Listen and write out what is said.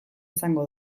izango